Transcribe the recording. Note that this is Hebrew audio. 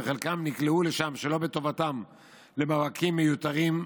וחלקם נקלעו שם שלא בטובתם למאבקים מיותרים,